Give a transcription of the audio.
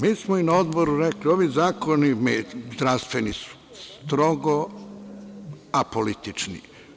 Mi smo i na odboru rekli da su ovi zdravstveni zakoni strogo apolitični.